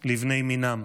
לבני מינם.